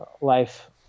life